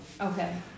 Okay